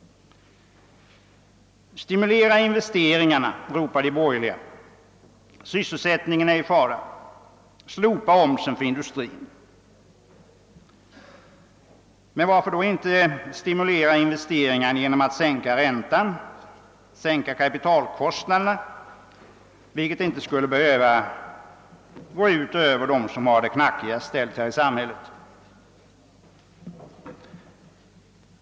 Stimulera investeringarna! ropar de borgerliga. Sysselsättningen är i fara! Slopa omsättningsskatten för industrin! Men varför då inte stimulera investeringarna genom att sänka räntan, sänka kapitalkostnaderna, vilket inte skulle behöva gå ut över dem som har det mest knackigt ställt här i samhället?